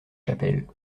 chapelle